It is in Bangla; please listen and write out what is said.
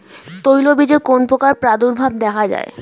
তৈলবীজে কোন পোকার প্রাদুর্ভাব দেখা যায়?